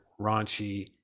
raunchy